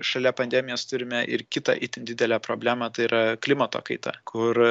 šalia pandemijos turime ir kitą itin didelę problemą tai yra klimato kaita kur